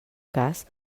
cas